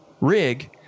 rig